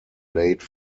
late